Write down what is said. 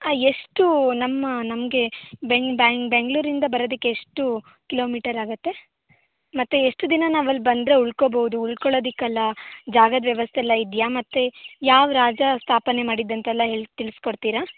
ಎಷ್ಟು ನಮ್ಮ ನಮಗೆ ಬೆಂಗ್ ಬ್ಯಾಂಗ್ ಬೆಂಗಳೂರಿಂದ ಬರೋದಕ್ಕೆ ಎಷ್ಟು ಕಿಲೋಮೀಟರ್ ಆಗತ್ತೆ ಮತ್ತು ಎಷ್ಟು ದಿನ ನಾವು ಅಲ್ಲಿ ಬಂದರೆ ಉಳ್ಕೋಬಹುದು ಉಳ್ಕೊಳ್ಳೋದಕ್ಕೆಲ್ಲ ಜಾಗದ ವ್ಯವಸ್ಥೆಯೆಲ್ಲ ಇದೆಯಾ ಮತ್ತು ಯಾವ ರಾಜ ಸ್ಥಾಪನೆ ಮಾಡಿದ ಅಂತೆಲ್ಲ ಹೇಳ್ ತಿಳಿಸಿಕೊಡ್ತೀರಾ